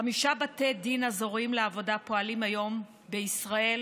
חמישה בתי דין אזוריים לעבודה פועלים היום בישראל: